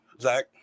Zach